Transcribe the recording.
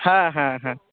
হ্যাঁ হ্যাঁ হ্যাঁ